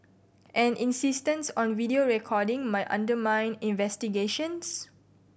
an insistence on video recording might undermine investigations